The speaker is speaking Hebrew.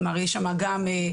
כלומר יש שם גם פוסט-טראומה,